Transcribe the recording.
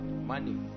money